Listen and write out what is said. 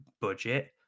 budget